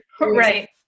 Right